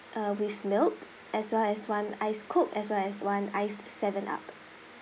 uh with milk as well as one ice coke as well as one ice Seven Up